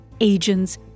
agents